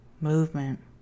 movement